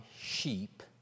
sheep